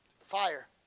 fire